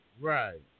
Right